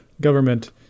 government